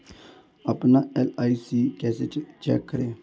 अपना एल.आई.सी कैसे चेक करें?